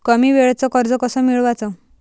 कमी वेळचं कर्ज कस मिळवाचं?